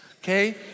Okay